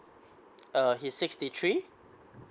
uh he's sixty three